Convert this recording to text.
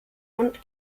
und